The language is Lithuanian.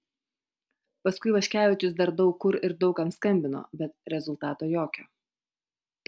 paskui vaškevičius dar daug kur ir daug kam skambino bet rezultato jokio